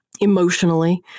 emotionally